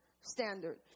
standard